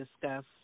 discuss